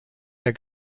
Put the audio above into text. der